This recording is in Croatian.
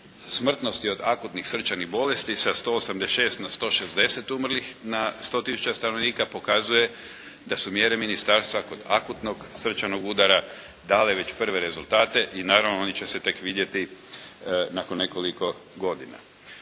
smrtnosti od akutnih srčanih bolesti sa 186 na 160 umrlih na 100 tisuća stanovnika, pokazuje da su mjere Ministarstva kod akutnog srčanog udara dale već prve rezultate i naravno oni će se tek vidjeti nakon nekoliko godina.